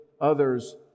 others